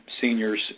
seniors